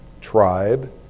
tribe